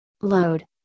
load